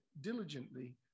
diligently